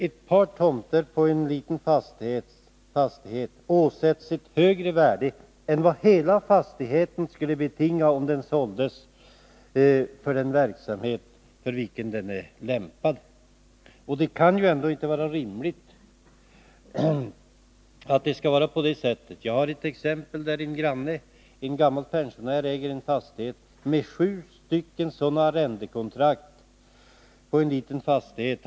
Ett par tomter på en liten fastighet åsätts ett högre värde än hela fastigheten skulle betinga om den såldes för den verksamhet den är lämpad för. Det kan inte vara rimligt. En granne — en gammal pensionär — äger en fastighet med sådana arrendekontrakt på en liten fastighet.